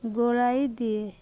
ଗୋଳାଇ ଦିଏ